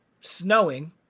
snowing